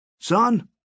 Son